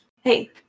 Hey